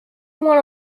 won